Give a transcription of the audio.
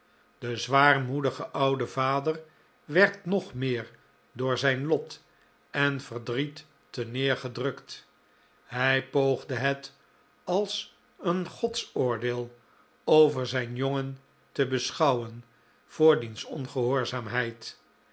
de zwaarmoedige oude vader werd nog meer door zijn lot en verdriet terneergedrukt hij poogde het als een godsoordeel over zijn jongen te beschouwen voor diens ongehoorzaamheid